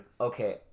Okay